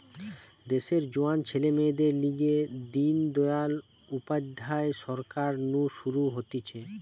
দেশের জোয়ান ছেলে মেয়েদের লিগে দিন দয়াল উপাধ্যায় সরকার নু শুরু হতিছে